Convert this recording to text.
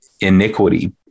iniquity